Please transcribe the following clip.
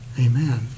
Amen